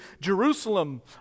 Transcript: Jerusalem